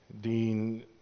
Dean